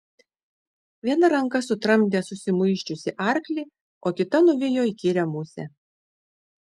viena ranka sutramdė susimuisčiusį arklį o kita nuvijo įkyrią musę